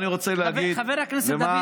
חבר הכנסת דוד